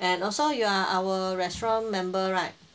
and also you are our restaurant member right